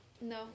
No